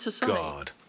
God